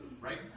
right